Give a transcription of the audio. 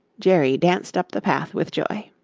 jerry danced up the path with joy.